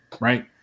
Right